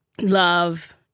love